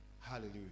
hallelujah